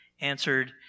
answered